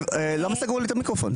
למה סגרו לי את המיקרופון.